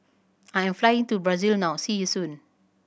I am flying to Brazil now see you soon